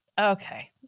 Okay